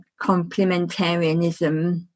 complementarianism